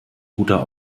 guter